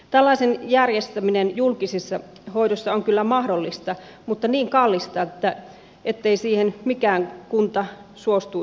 tällaisen järjestäminen julkisessa hoidossa on kyllä mahdollista mutta niin kallista ettei siihen mikään kunta suostuisi eikä kykenisi